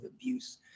abuse